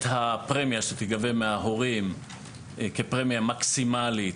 הפרמיה שתגבה מההורים כפרמיה מקסימלית,